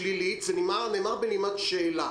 מעט מורים שיש להם ילדים בגנים נעלמו.